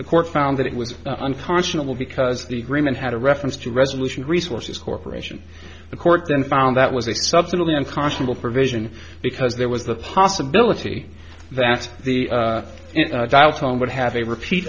the court found that it was unconscionable because the agreement had a reference to resolution resources corporation the court then found that was a subset of the unconscionable for vision because there was the possibility that the dial tone would have a repeat